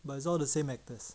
but it's all the same actors